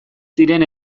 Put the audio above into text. ziren